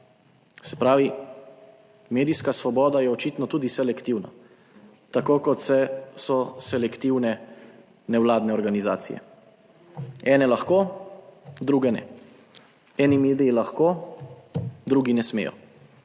Se pravi, medijska svoboda je očitno tudi selektivna, tako kot so selektivne nevladne organizacije, ene lahko, druge ne. Eni mediji lahko, drugi ne smejo.